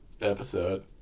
episode